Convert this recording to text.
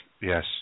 yes